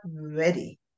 ready